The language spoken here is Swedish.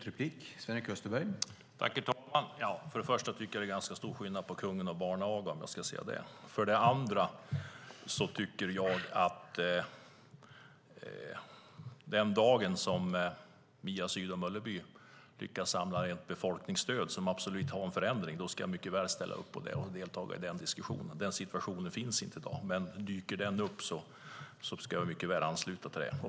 Herr talman! För det första tycker jag att det är ganska stor skillnad på kungen och barnaga. För det andra kan jag mycket väl den dagen Mia Sydow Mölleby lyckas samla ett folkligt stöd för en förändring ställa upp och delta i diskussionen. Den situationen finns inte i dag, men dyker den upp ska jag ansluta mig.